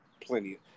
plenty